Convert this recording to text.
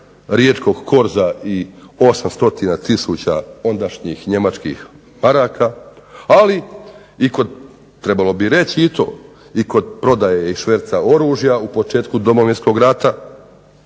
riječkog korza i 800 tisuća ondašnjih njemačkih maraka. Ali trebalo bi reći i to, i kod prodaje i šverca oružja u početku Domovinskog rata